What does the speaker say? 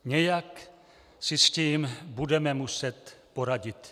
Nějak si s tím budeme muset poradit!